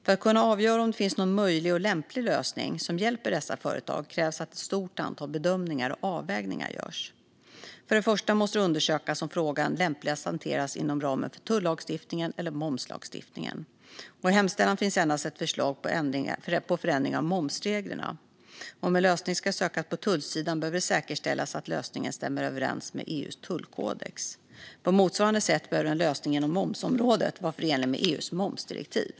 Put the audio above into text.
För att kunna avgöra om det finns någon möjlig och lämplig lösning som hjälper dessa företag krävs att ett stort antal bedömningar och avvägningar görs. För det första måste det undersökas om frågan lämpligast hanteras inom ramen för tullagstiftningen eller momslagstiftningen. I hemställan finns endast ett förslag på förändring av momsreglerna. Om en lösning söks på tullsidan behöver det säkerställas att lösningen stämmer överens med EU:s tullkodex. På motsvarande sätt behöver en lösning inom momsområdet vara förenlig med EU:s momsdirektiv.